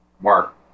Mark